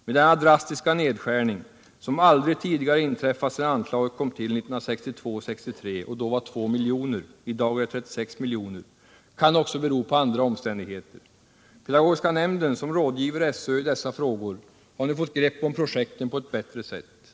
Men denna drastiska nedskärning, som aldrig tidigare inträffat sedan anslaget kom till 1962/63, då det var 2 milj.kr. — i dag är det 36 miljoner — kan också bero på andra omständigheter. Pedagogiska nämnden, som rådgiver SÖ i dessa frågor, har nu fått grepp om projekten på ett bättre sätt.